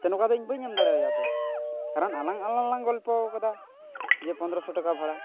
ᱛᱚ ᱱᱚᱝᱠᱟ ᱫᱚ ᱤᱧ ᱵᱟᱹᱧ ᱮᱢ ᱫᱟᱲᱮᱣᱭᱟ ᱛᱚ ᱠᱟᱨᱚᱱ ᱟᱞᱟᱝ ᱟᱞᱟᱝᱞᱟᱝ ᱜᱚᱞᱯᱚᱣ ᱟᱠᱟᱫᱟ ᱡᱮ ᱯᱚᱸᱫᱽᱨᱚ ᱥᱚ ᱴᱟᱠᱟ ᱵᱷᱟᱲᱟ